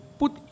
put